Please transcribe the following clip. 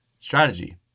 Strategy